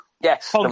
Yes